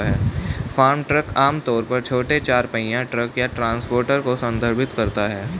farm truck आम तौर पर छोटे चार पहिया ट्रक या ट्रांसपोर्टर को संदर्भित करता है